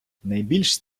найбільш